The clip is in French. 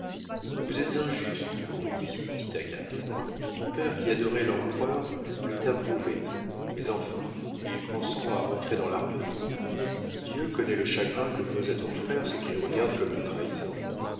vous êtes injustes pour lui dit agathe ton père qui adorait l'empereur l'eût approuvé mais enfin il consent à rentrer dans l'armée dieu connaît le chagrin que cause à ton frère ce qu'il regarde comme une trahison